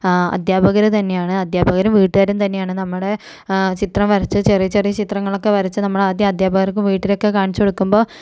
അദ്ധ്യാപകര് തന്നെയാണ് അദ്ധ്യാപകരും വീട്ടുകാരും തന്നെയാണ് നമ്മുടെ ചിത്രം വരച്ചു ചെറിയ ചെറിയ ചിത്രങ്ങളൊക്കെ വരച്ചു നമ്മളാദ്യം അദ്ധ്യാപകർക്കും വീട്ടിലൊക്കെ കാണിച്ച് കൊടുക്കുമ്പോൾ